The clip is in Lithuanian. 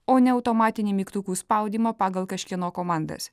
o ne automatinį mygtukų spaudymą pagal kažkieno komandas